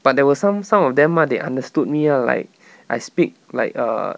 but there were some some of them ah they understood me ah like I speak like err